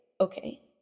okay